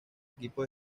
equipo